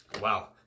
Wow